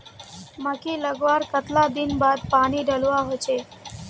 मकई लगवार कतला दिन बाद पानी डालुवा होचे?